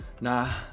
Nah